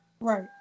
Right